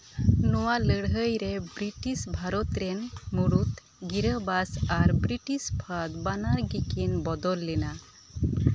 ᱱᱚᱣᱟ ᱞᱟᱹᱲᱦᱟᱹᱭ ᱨᱮ ᱵᱨᱤᱴᱤᱥ ᱵᱷᱟᱨᱚᱛ ᱨᱮᱱ ᱢᱩᱬᱩᱫ ᱜᱤᱨᱟᱹ ᱵᱟᱥ ᱟᱨ ᱵᱨᱤᱴᱤᱥ ᱯᱷᱟᱹᱫᱽ ᱟᱨ ᱵᱟᱱᱟᱨ ᱜᱮᱠᱤᱱ ᱵᱚᱫᱚᱞ ᱞᱮᱱᱟ